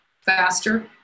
faster